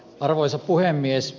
arvoisa puhemies